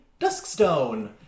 Duskstone